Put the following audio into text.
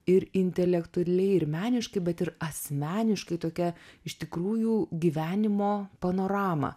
ir intelektualiai ir meniškai bet ir asmeniškai tokią iš tikrųjų gyvenimo panoramą